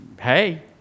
Hey